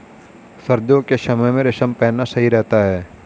सर्दियों के समय में रेशम पहनना सही रहता है